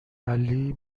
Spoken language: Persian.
علی